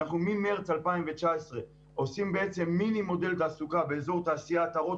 ממרץ 2019 אנחנו עושים בעצם מיני מודל תעסוקה באזור התעשייה עטרות,